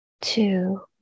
two